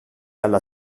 alla